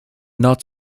not